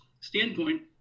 standpoint